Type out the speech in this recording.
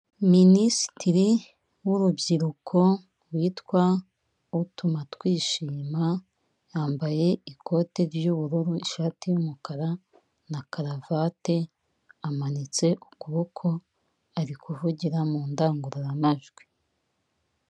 Minisitiri w'urubyiruko, witwa Utumatwishima, yambaye ikote ry'ubururu, ishati y'umukara, na karavate, amanitse ukuboko ari kuvugira mu ndangururamajwi.